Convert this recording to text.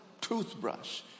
toothbrush